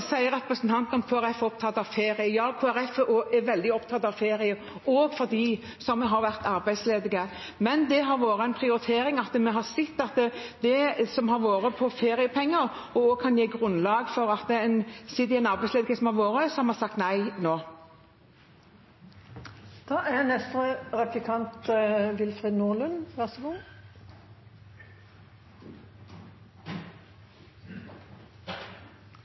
Representanten spør om Kristelig Folkeparti er opptatt av ferie. Ja, Kristelig Folkeparti er veldig opptatt av ferie – òg for dem som har vært arbeidsledig. Men det har vært en prioritering. Vi har sett at det som gjelder feriepenger, også kan gi grunnlag for at man blir sittende i arbeidsledigheten som man har vært i, så vi har sagt nei nå.